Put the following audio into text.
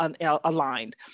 aligned